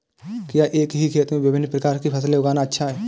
क्या एक ही खेत में विभिन्न प्रकार की फसलें उगाना अच्छा है?